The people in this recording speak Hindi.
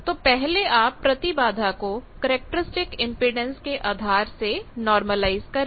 तो पहले आप प्रतिबाधा को कैरेक्टरिस्टिक इंपेडेंस के आधार से नार्मलाईज़ करें